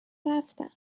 رفتم